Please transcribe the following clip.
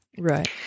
Right